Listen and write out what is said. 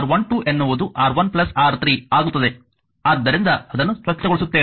ಆದ್ದರಿಂದ R12 ಎನ್ನುವುದು R1R3 ಆಗುತ್ತದೆ ಆದ್ದರಿಂದ ಅದನ್ನು ಸ್ವಚ್ಛಗೊಳಿಸುತ್ತೇನೆ